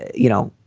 you know,